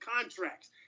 contracts